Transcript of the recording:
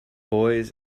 boys